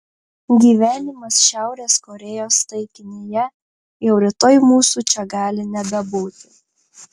gyvenimas šiaurės korėjos taikinyje jau rytoj mūsų čia gali nebebūti